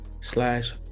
slash